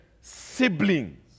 siblings